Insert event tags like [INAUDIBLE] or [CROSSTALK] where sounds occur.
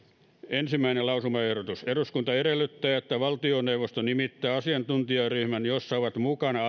ensimmäinen lausumaehdotus eduskunta edellyttää että valtioneuvosto nimittää asiantuntijaryhmän jossa ovat mukana [UNINTELLIGIBLE]